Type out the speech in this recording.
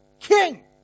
king